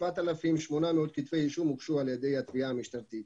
כ-7,800 כתבי אישום הוגשו על ידי התביעה המשטרתית.